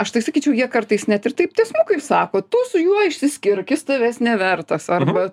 aš tai sakyčiau jie kartais net ir taip tiesmukai sako tu su juo išsiskirk jis tavęs nevertas arba